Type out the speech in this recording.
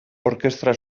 orkestra